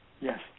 Yes